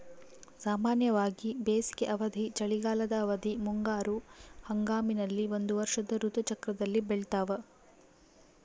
ಸಾಮಾನ್ಯವಾಗಿ ಬೇಸಿಗೆ ಅವಧಿ, ಚಳಿಗಾಲದ ಅವಧಿ, ಮುಂಗಾರು ಹಂಗಾಮಿನಲ್ಲಿ ಒಂದು ವರ್ಷದ ಋತು ಚಕ್ರದಲ್ಲಿ ಬೆಳ್ತಾವ